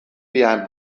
behind